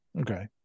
Okay